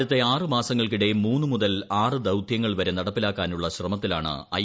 അടുത്ത ആറ് മാസ്ങ്ങൾക്കിടെ മൂന്ന് മുതൽ ആറ് ദൌത്യങ്ങൾ വരെ നടപ്പിലൂക്കിനുള്ള ശ്രമത്തിലാണ് ഐ